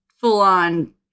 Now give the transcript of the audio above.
full-on